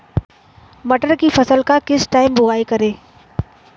मटर की फसल का किस टाइम बुवाई करें?